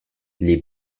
les